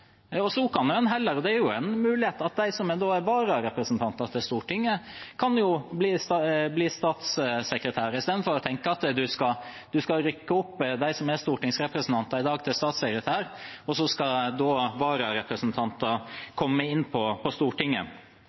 Så kan heller – og det er jo en mulighet – de som er vararepresentanter til Stortinget, bli statssekretærer, istedenfor at de som er stortingsrepresentanter i dag, skal rykke opp til å bli statssekretærer, og så skal vararepresentanter komme inn på Stortinget.